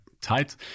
tight